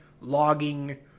logging